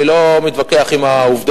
אני לא מתווכח עם העובדות.